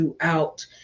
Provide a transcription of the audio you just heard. throughout